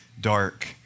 dark